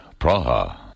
Praha